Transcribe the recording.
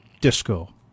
Disco